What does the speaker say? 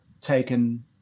taken